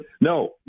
no